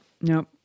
no